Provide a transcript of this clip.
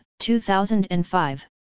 2005